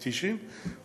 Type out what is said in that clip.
1990,